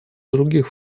других